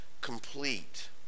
complete